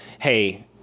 Hey